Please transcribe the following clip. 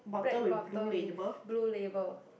black bottle with blue label